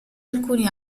alcuni